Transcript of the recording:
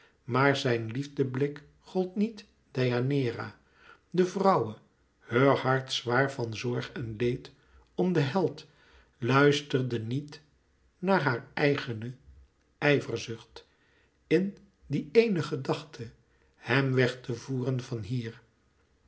maar zijn liefdeblik gold niet deianeira de vrouwe heur hart zwaar van zorg en leed om den held luisterde niet naar haar eigene ijverzucht in die ééne gedachte hem wèg te voeren van hier